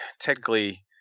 technically –